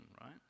right